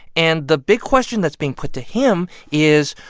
and the big question that's being put to him is,